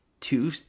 two